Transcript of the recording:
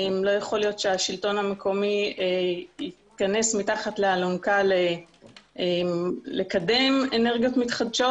לא יכול להיות שהשלטון המקומי ייכנס מתחת לאלונקה לקדם אנרגיות מתחדשות,